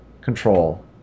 control